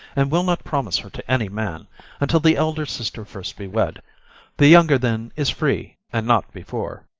and will not promise her to any man until the elder sister first be wed the younger then is free, and not before.